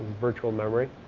virtual memory.